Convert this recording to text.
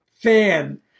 fan